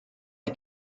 die